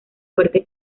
fuerte